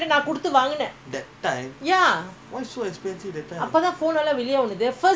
ஆமாஅந்த:aama antha pager அப்படிவச்சிப்பாங்கஒருசங்கிலிமாட்டிவச்சிப்பாங்க:appadi vachippaanka oru sankili maati vachipaanka style ah